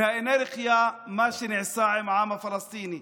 האנרכיה, מה שנעשה עם העם הפלסטיני.